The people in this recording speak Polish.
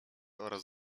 oraz